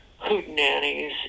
hootenannies